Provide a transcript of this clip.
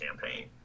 campaign